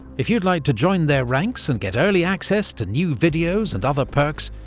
if you'd like to join their ranks and get early access to new videos and other perks,